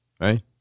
right